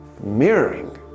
Mirroring